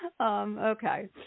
Okay